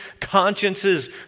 consciences